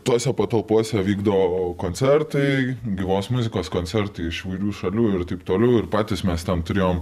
tose patalpose vykdavo koncertai gyvos muzikos koncertai iš įvairių šalių ir taip toliau ir patys mes tam turėjom